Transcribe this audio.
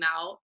out